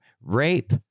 rape